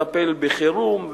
לטפל במצב החירום,